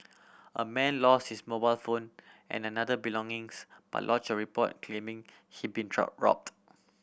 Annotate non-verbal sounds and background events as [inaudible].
a man lost his mobile phone and another belongings but lodged a report claiming he'd been [unintelligible] robbed